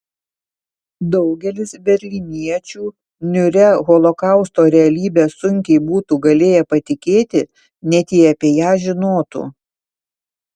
daugelis berlyniečių niūria holokausto realybe sunkiai būtų galėję patikėti net jei apie ją žinotų